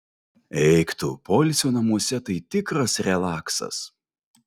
eik tu poilsio namuose tai tikras relaksas